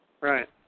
Right